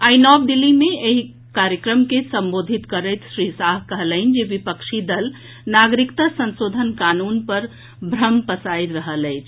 आई नव दिल्ली मे एक कार्यक्रम के संबोधित करैत श्री शाह कहलनि जे विपक्षी दल नागरिकता संशोधन कानून पर भ्रम प्रसारित कऽ रहल अछि